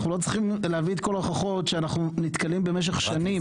אנחנו לא צריכים להביא את כל ההוכחות שאנחנו נתקלים בהם במשך שנים.